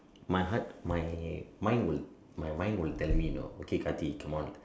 my heart my mind my mind will tell me no okay Karthik come on